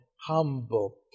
humble